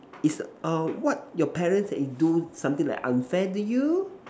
it's err what your parents they you do something like unfair to you